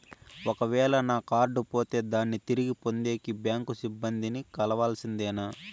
ఒక వేల నా కార్డు పోతే దాన్ని తిరిగి పొందేకి, బ్యాంకు సిబ్బంది ని కలవాల్సిందేనా?